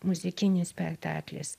muzikinis spektaklis